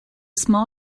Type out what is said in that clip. small